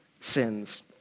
sins